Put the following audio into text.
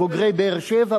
בוגרי באר-שבע,